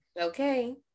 Okay